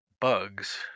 bugs